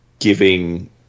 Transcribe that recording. giving